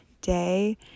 day